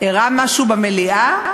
אירע משהו במליאה?